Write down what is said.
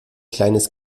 kleines